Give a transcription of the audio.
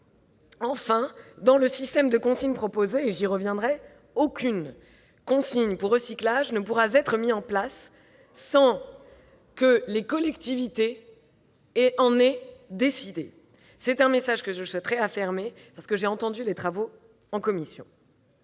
Enfin, dans le système de consigne proposé, aucune consigne pour recyclage ne pourra être mise en place sans que les collectivités l'aient décidé. C'est un message que je souhaite affirmer pour avoir entendu les travaux en commission.